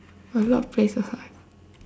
a lot places [what]